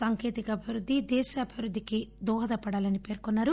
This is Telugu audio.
సాంకేతిక అభివృద్ది దేశాభివృద్దికి దోహదపడాలని పేర్కొన్నారు